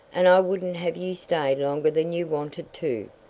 and i wouldn't have you stay longer than you wanted to.